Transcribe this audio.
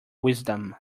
wisdom